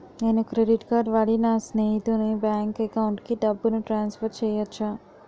నేను credit card వాడి నా స్నేహితుని బ్యాంక్ అకౌంట్ కి డబ్బును ట్రాన్సఫర్ చేయచ్చా?